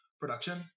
production